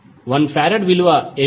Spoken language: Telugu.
1 ఫరాడ్ విలువ ఏమిటి